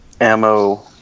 ammo